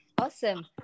Awesome